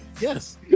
Yes